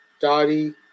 Dottie